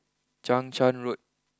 Chang Charn Road